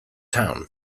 town